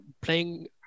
playing